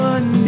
One